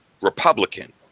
Republican